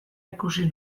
ikusi